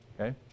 Okay